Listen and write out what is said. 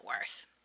worth